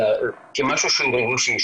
כמשהו שהוא ריגושי,